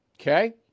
Okay